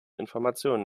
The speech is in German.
information